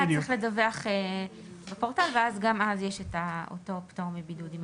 צריך לדווח בפורטל ואז גם אז יש את אותו פטור מבידוד.